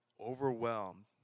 overwhelmed